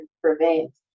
prevents